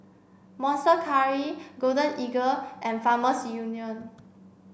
Monster Curry Golden Eagle and Farmers Union